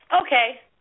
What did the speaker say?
Okay